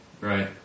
Right